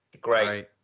Great